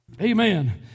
Amen